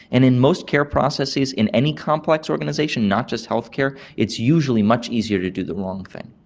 and in most care processes in any complex organisation, not just healthcare, it's usually much easier to do the wrong thing.